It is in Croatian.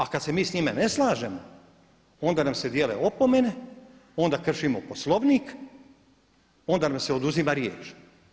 A kad se mi s njime ne slažemo onda nam se dijele opomene, onda kršimo Poslovnik, onda nam se oduzima riječ.